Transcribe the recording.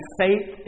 faith